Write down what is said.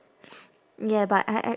ya but I I